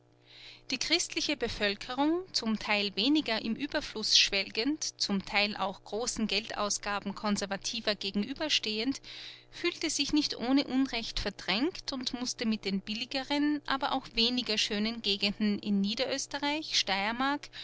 die christliche bevölkerung zum teil weniger im ueberfluß schwelgend zum teil auch großen geldausgaben konservativer gegenüberstehend fühlte sich nicht ohne unrecht verdrängt und mußte mit den billigeren aber auch weniger schönen gegenden in niederösterreich steiermark